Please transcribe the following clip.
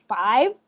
five